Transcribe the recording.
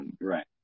right